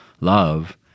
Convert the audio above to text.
love